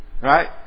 Right